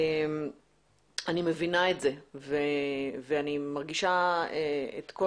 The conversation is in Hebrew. אני מבינה את זה ואני מרגישה את כל